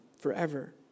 forever